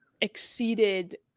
exceeded